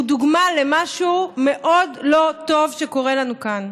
דוגמה למשהו מאוד לא טוב שקורה לנו כאן.